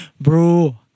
Bro